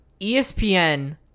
ESPN